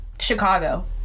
Chicago